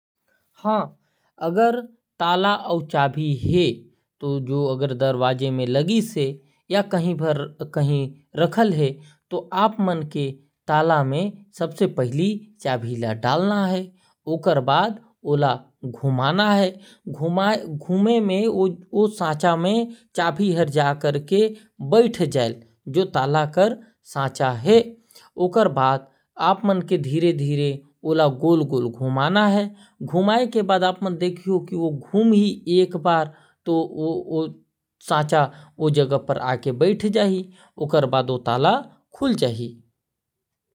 अगर ताला और जभी है और दरवाजा में लगीस है। तो ताला में चाभी ल डालना है चाभी हर सांचा में बैठ जायल और गोल गोल घूमना है। फिर ओकर बाद ताला हर खुल जायल।